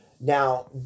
Now